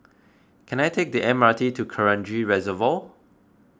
can I take the M R T to Kranji Reservoir